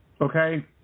okay